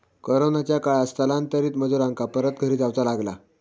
कोरोनाच्या काळात स्थलांतरित मजुरांका परत घरी जाऊचा लागला